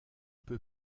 peu